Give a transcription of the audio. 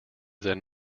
than